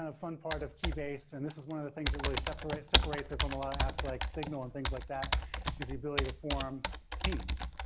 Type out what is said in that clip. ah fun part of keybase and this is one of the things that really separates separates it from a lot of apps like signal and things like that is the ability to form teams.